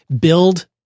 build